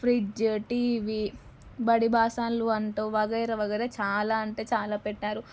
fridge TV బడి బాసన్లు అంటూ వగైరా వగైరా చాలా అంటే చాలా పెట్టారు